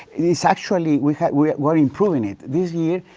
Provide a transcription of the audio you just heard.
it's actually. we have, we're, we're improving it. this year,